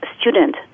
student